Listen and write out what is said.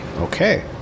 Okay